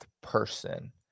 person